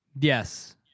Yes